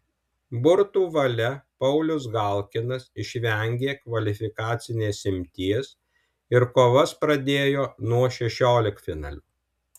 burtų valia paulius galkinas išvengė kvalifikacinės imties ir kovas pradėjo nuo šešioliktfinalio